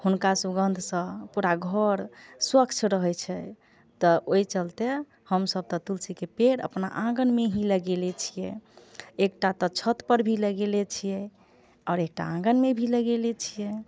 हुनका सुगन्ध सँ पूरा घर स्वक्छ रहै छै तऽ ओही चलते हमसभ तऽ तुलसी के पेड़ अपना आँगन मे ही लगेले छियै एकटा तऽ छत पर भी लगेले छियै आओर एकटा आँगन मे भी लगेले छियै